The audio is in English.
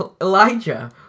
Elijah